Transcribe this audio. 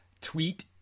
tweet